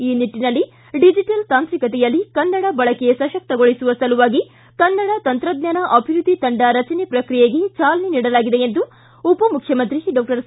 ಈ ನಿಟ್ಟನಲ್ಲಿ ಡಿಜಿಟಲ್ ತಾಂತ್ರಿಕತೆಯಲ್ಲಿ ಕನ್ನಡ ಬಳಕೆ ಸಶಕ್ತಗೊಳಿಸುವ ಸಲುವಾಗಿ ಕನ್ನಡ ತಂತ್ರಜ್ಞಾನ ಅಭಿವೃದ್ದಿ ತಂಡ ರಚನೆ ಪ್ರಕ್ರಿಯೆಗೆ ಚಾಲನೆ ನೀಡಲಾಗಿದೆ ಎಂದು ಉಪಮುಖ್ಯಮಂತ್ರಿ ಡಾಕ್ಟರ್ ಸಿ